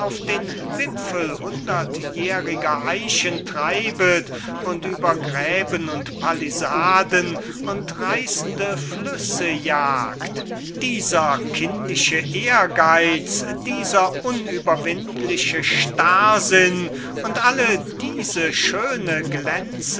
den wipfel hundertjähriger eichen treibet und über gräben und pallisaden und reissende flüsse jagt dieser kindische ehrgeitz dieser unüberwindliche starrsinn und alle diese schönen